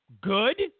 good